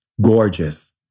Gorgeous